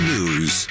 News